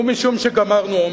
ומשום שגמרנו אומר,